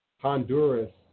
Honduras